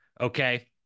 Okay